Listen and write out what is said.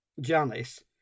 Janice